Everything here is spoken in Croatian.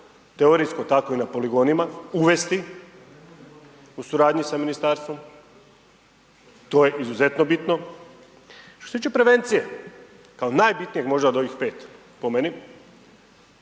teorijsko tako i na poligonima uvesti u suradnji sa ministarstvom, to je izuzetno bitno. Što se tiče prevencije, kao najbitnijeg možda od ovih 5 po meni,